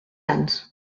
sants